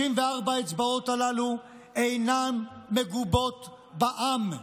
64 האצבעות הללו אינן מגובות בעם.